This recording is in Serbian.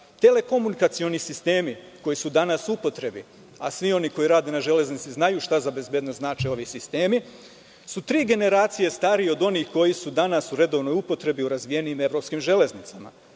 eksploataciji. Telekomunikacioni sistemi, koji su danas u upotrebi, a svi oni koji rade na „Železnici Srbije“ znaju šta za bezbednost znače ovi sistemi su tri generacije starije od onih koji su danas u redovnoj upotrebi u razvijenim evropskim železnicama.